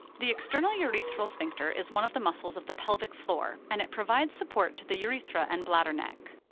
the external urethral sphincter is one of the muscles of the pelvic floor, and it provides support to the urethra and bladder neck.